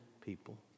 people